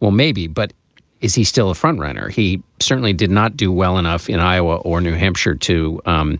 well, maybe. but is he still a frontrunner? he certainly did not do well enough in iowa or new hampshire to um